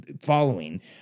following